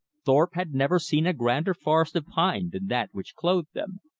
thorpe had never seen a grander forest of pine than that which clothed them.